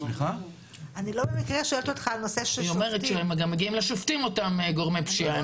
היא אומרת שהם גם מגיעים לשופטים אותם גורמי פשיעה,